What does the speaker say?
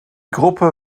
gruppe